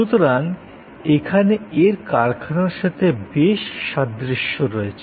সুতরাং এখানে এর কারখানার সাথে বেশ সাদৃশ্য রয়েছে